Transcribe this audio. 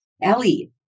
Ellie